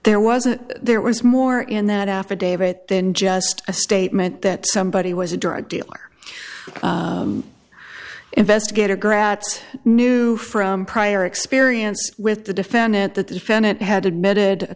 there was a there was more in that affidavit than just a statement that somebody was a drug dealer investigator gratz knew from prior experience with the defendant that the defendant had admitted a